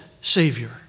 Savior